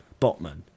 Botman